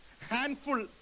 Handful